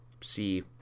see